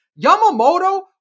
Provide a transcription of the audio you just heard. Yamamoto